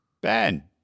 Ben